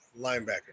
linebacker